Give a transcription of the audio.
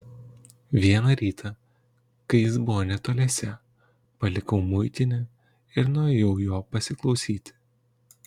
vieną rytą kai jis buvo netoliese palikau muitinę ir nuėjau jo pasiklausyti